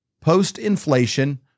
Post-inflation